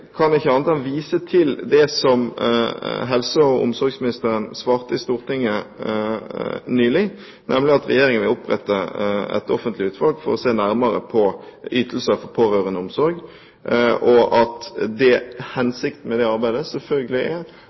kan ikke annet enn vise til det som helse- og omsorgsministeren svarte i Stortinget nylig, nemlig at Regjeringen vil opprette et offentlig utvalg for å se nærmere på ytelser for pårørendeomsorg. Hensikten med det arbeidet er selvfølgelig